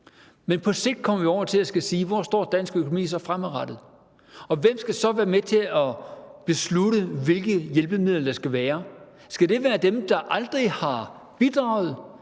på sigt kommer vi over til at skulle spørge: Hvor står dansk økonomi så fremadrettet? Og hvem skal så være med til at beslutte, hvilke hjælpemidler der skal være? Skal det være dem, der aldrig har bidraget